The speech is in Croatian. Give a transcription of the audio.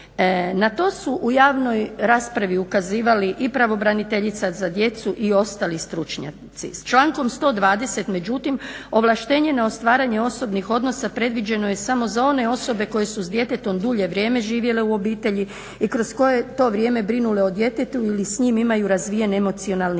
Na to su u javnoj raspravi ukazivali i pravobraniteljica za djecu i ostali stručnjaci. Člankom 120.međutim ovlaštenje ne ostvarenje osobnih odnosa predviđeno je samo za one osobe koje su s djetetom dulje vrijeme živjele u obitelji i kroz koje to vrijeme brinule o djetetu ili s njime imaju razvijen emocionalni odnos.